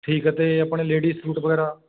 ਠੀਕ ਆ ਅਤੇ ਆਪਣੇ ਲੇਡੀਜ਼ ਸੂਟ ਵਗੈਰਾ